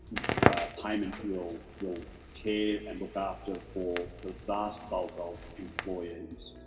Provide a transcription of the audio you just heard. payment will will care and look after for the vast bulk of employees